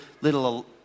little